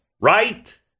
right